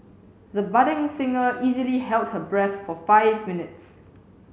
the budding singer easily held her breath for five minutes